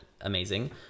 amazing